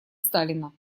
сталина